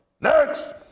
Next